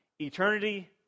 eternity